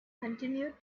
continued